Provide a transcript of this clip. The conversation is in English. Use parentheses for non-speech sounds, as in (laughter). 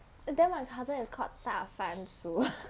and then my cousin is call 大番薯 (laughs)